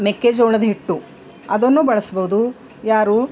ಮೆಕ್ಕೆಜೋಳದ ಹಿಟ್ಟು ಅದನ್ನು ಬಳಸಬೋದು ಯಾರು